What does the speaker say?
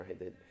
right